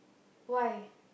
why